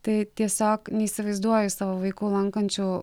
tai tiesiog neįsivaizduoju savo vaikų lankančių